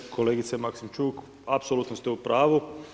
Kolegice Maksimčuk, apsolutno ste u pravu.